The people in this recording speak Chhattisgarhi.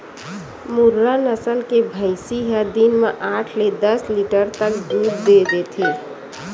मुर्रा नसल के भइसी ह दिन म आठ ले दस लीटर तक दूद देथे